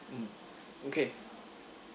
mm okay